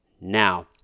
now